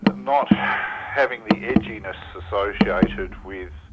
and not having the edginess associated with